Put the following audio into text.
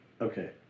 Okay